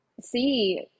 see